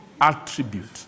attribute